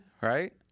right